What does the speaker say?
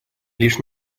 лишь